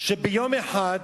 שביום אחד,